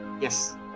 yes